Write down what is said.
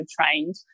trained